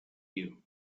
you